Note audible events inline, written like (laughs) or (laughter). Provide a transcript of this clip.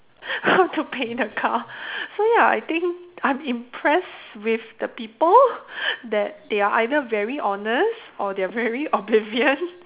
(laughs) how to pay the car so ya I think I'm impressed with the people (laughs) that they are either very honest or they are very oblivion (laughs)